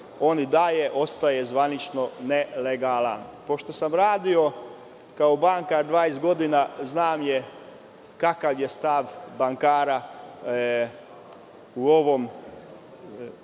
on i dalje ostaje zvanično nelegalan. Pošto sam radio kao bankar 20 godina, znam kakav je stav bankara za ovu